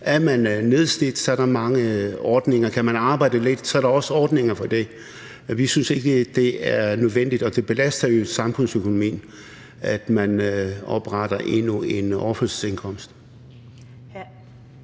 Er man nedslidt, er der mange ordninger. Kan man arbejde lidt, er der også ordninger der. Vi synes ikke, det her er nødvendigt, og det belaster i øvrigt samfundsøkonomien, at man indfører endnu en overførselsindkomst.